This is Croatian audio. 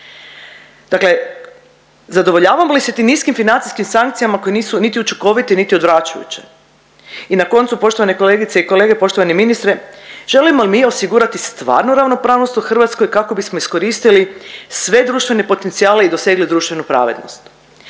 Dakle, zadovoljavamo li se tim niskim sankcijama koje nisu niti učinkoviti niti odvraćajuće? I na koncu poštovane kolegice i kolege, poštovani ministre, želimo li mi osigurati stvarnu ravnopravnost u Hrvatskoj kako bismo iskoristili sve društvene potencijale i dosegli društvenu pravednost?